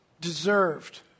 deserved